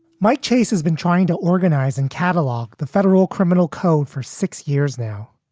my chase has been trying to organize and catalog the federal criminal code for six years now.